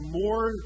more